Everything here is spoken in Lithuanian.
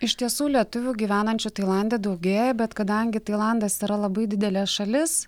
iš tiesų lietuvių gyvenančių tailande daugėja bet kadangi tailandas yra labai didelė šalis